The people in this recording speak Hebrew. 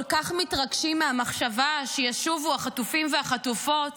כל כך מתרגשים מהמחשבה שישובו החטופים והחטופות,